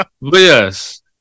yes